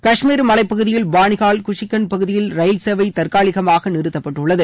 கஷ்மீர் மலைப்பகுதியில் பானிஹால் குஷிகன்ட் பகுதியில் ரயில் சேவை தற்காலிகமாக நிறுத்தப்பட்டுள்ளது